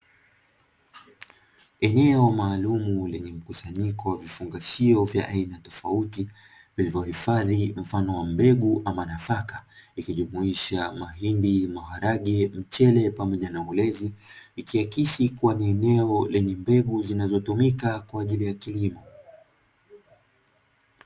Eneo maalumu lenye mkusanyiko wa vifungashio vya aina tofauti vilivyohifadhi mfano wa mbegu au nafaka, zikijumuisha mahindi, maharage, mchele pamoja na ulezi, ikiakisi kuwa ni eneo linalotumika kwa ajili ya kilimo.